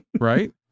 Right